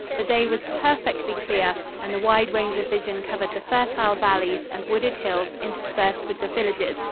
the day was perfectly clear and the wide range of vision covered the fertile valleys and wooded hills interspersed with the villages,